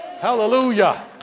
Hallelujah